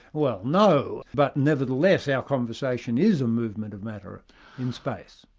well no, but nevertheless our conversation is a movement of matter in space.